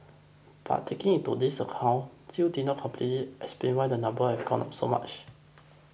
but taking this into account still did not completely explain why number have gone up so much